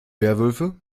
werwölfe